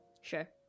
Sure